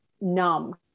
numb